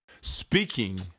Speaking